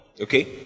Okay